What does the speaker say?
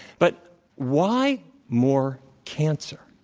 but why more cancer?